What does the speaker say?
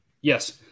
Yes